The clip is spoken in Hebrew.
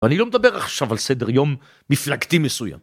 ואני לא מדבר עכשיו על סדר יום מפלגתי מסוים.